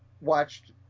watched